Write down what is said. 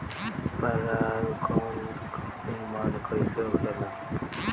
पराग कण क निर्माण कइसे होखेला?